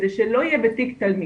כדי שלא יהיה בתיק תלמיד.